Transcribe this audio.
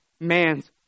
man's